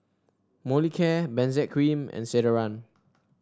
Molicare Benzac Cream and Ceradan